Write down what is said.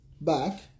Back